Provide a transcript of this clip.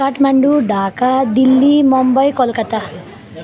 Kathmandu Dhaka Delhi Mumbai Calcutta